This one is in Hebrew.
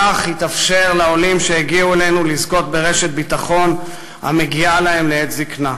כך יתאפשר לעולים שהגיעו אלינו לזכות ברשת ביטחון המגיעה להם לעת זיקנה.